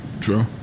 true